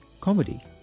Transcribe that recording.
comedy